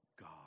God